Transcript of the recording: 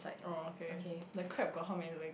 okay like crab got how many legs